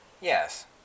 Yes